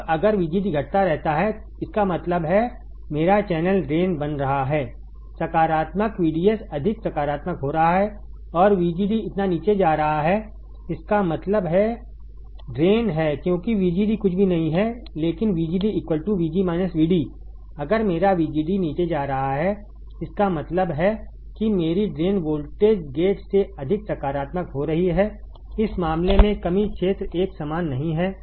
अब अगर VGD घटता रहता है इसका मतलब है मेरा चैनल ड्रेन बन रहा है सकारात्मक VDS अधिक सकारात्मक हो रहा है और VGD इतना नीचे जा रहा है इसका मतलब है ड्रेन है क्योंकि VGD कुछ भी नहीं है लेकिन VGD VG VD अगर मेरा VGD नीचे जा रहा है इसका मतलब है कि मेरी ड्रेन वोल्टेज गेट से अधिक सकारात्मक हो रही है इस मामले में कमी क्षेत्र एक समान नहीं है